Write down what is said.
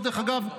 דרך אגב,